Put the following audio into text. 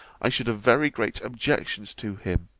i should have very great objections to him,